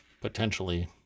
potentially